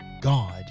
God